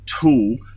tool